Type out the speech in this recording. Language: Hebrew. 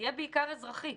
יהיה בעיקר אזרחי,